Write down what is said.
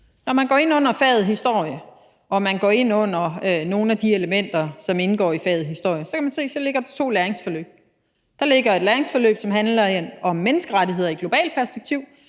Når man går ind under faget historie og man går ind under nogle af de elementer, som indgår i faget historie, kan man se, at der ligger to læringsforløb. Der ligger et læringsforløb, som handler om menneskerettigheder i globalt perspektiv,